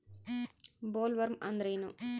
Bollworm ಅಂದ್ರೇನು?